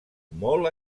molt